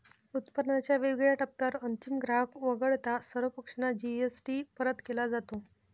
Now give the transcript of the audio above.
उत्पादनाच्या वेगवेगळ्या टप्प्यांवर अंतिम ग्राहक वगळता सर्व पक्षांना जी.एस.टी परत केला जातो